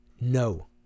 no